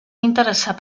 interessar